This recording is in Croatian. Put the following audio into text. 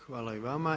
Hvala i vama.